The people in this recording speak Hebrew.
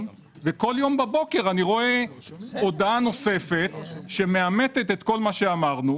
וכל בוקר רואה מודעה נוספת שמאמתת כל מה שאמרנו,